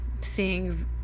seeing